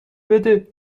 بده